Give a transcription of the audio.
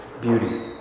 beauty